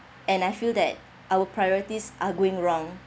and I feel that our priorities are going wrong